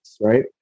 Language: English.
right